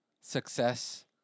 success